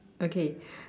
okay